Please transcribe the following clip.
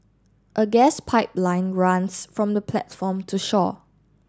a gas pipeline runs from the platform to shore